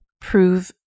prove